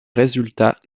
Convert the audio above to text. résultats